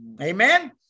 amen